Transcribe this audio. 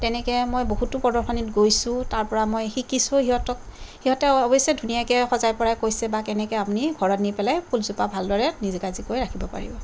তেনেকে মই বহুতো প্ৰদৰ্শনীত গৈছোঁ তাৰপৰা মই শিকিছোঁ সিহঁতক সিহঁতে অৱশ্যে ধুনীয়াকৈ সজাই পৰাই কৈছে বা কেনেকৈ আপুনি ঘৰত নি পেলাই ফুলজোপা ভালদৰে নিগাজিকৈ ৰাখিব পাৰিব